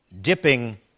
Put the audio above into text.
dipping